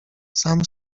sam